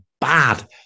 bad